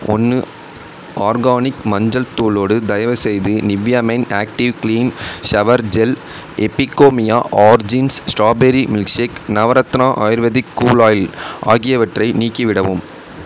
ஒன்னு ஆர்கானிக் மஞ்சள் தூளோடு தயவுசெய்து Nivea men active clean shower gel Epigamia origins strawberry milkshake Navratna Ayurveda cool oil ஆகியவற்றையும் நீக்கிவிடவும்